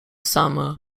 summer